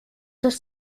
das